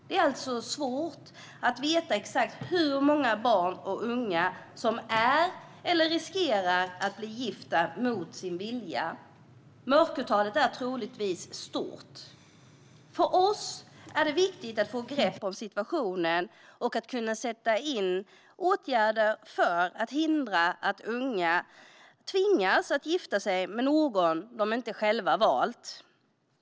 Det är svårt att veta exakt hur många barn och unga som är eller riskerar att bli gifta mot sin vilja. Mörkertalet är troligtvis stort. För oss är det viktigt att få grepp om situationen och att kunna sätta in åtgärder för att hindra att unga tvingas gifta sig med någon de inte själva valt.